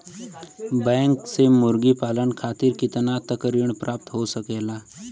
Bank से मुर्गी पालन खातिर कितना तक ऋण प्राप्त हो सकेला?